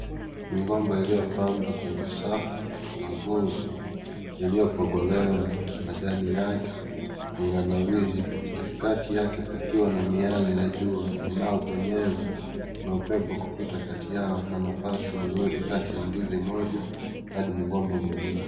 Migomba iliyopangwa kwenye safu na nguzo ilipogolewa majani yake inanawiri katikati yake pakiwa na miale ya jua inayopenyeza na upepo kupita kati yao na nafasi mzuri kati ya ndizi moja hadi mgomba mwingine.